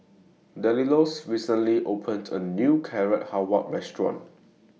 Delois recently opened A New Carrot Halwa Restaurant